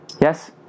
Yes